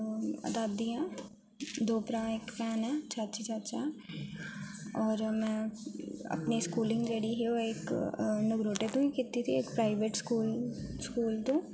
होर दादी ऐ दो भ्राऽ इक भैन ऐ चाची चाचा ऐ होर मैं अपनी स्कूलिंग जेह्ड़ी ऐ ओह् इक नागरोटे तों कीती दी प्राइवेट स्कूल स्कूल तों